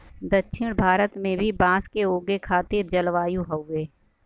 दक्षिण भारत में भी बांस के उगे खातिर जलवायु हउवे